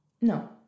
No